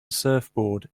surfboard